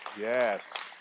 Yes